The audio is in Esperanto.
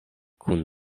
kun